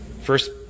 first